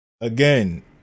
Again